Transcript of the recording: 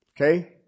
Okay